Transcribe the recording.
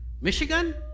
Michigan